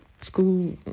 school